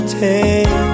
take